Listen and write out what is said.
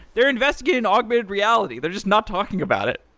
they're investing it in augmented reality. they're just not talking about it.